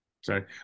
sorry